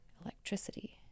electricity